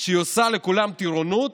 שהיא עושה לכולם טירונות,